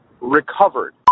recovered